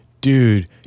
Dude